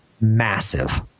Massive